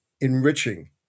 enriching